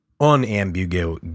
unambiguous